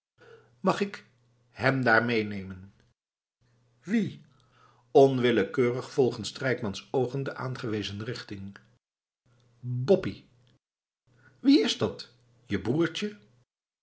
mag ik hem daar meenemen wie onwillekeurig volgen strijkmans oogen de aangewezen richting boppie wie is dat je broertje